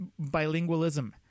Bilingualism